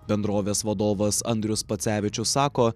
bendrovės vadovas andrius pacevičius sako